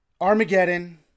Armageddon